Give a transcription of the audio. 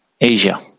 Asia